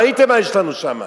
ראיתם מה יש לנו שם,